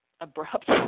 abrupt